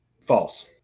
False